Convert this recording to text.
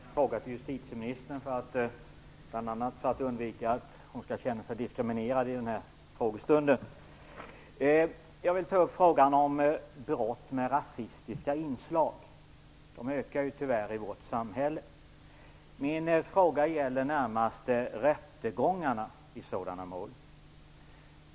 Fru talman! Jag har en fråga till justitieministern, bl.a. för att hon inte skall behöva känna sig diskriminerad i den här frågestunden. Jag vill ta upp rättegångarna i mål om brott med rasistiska inslag, som tyvärr ökar i vårt samhälle.